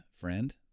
friend